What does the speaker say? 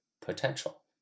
potential